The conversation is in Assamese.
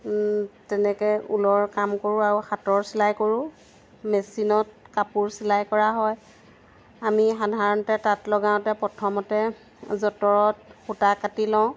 তেনেকৈ ঊলৰ কাম কৰোঁ আৰু হাতৰ চিলাই কৰোঁ মেচিনত কাপোৰ চিলাই কৰা হয় আমি সাধাৰণতে তাত লগাওঁতে প্ৰথমতে যঁতৰত সূতা কাটি লওঁ